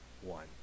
one